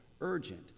urgent